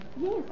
Yes